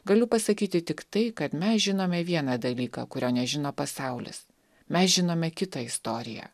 galiu pasakyti tik tai kad mes žinome vieną dalyką kurio nežino pasaulis mes žinome kitą istoriją